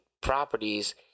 properties